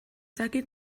dakit